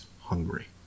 hungry